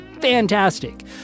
fantastic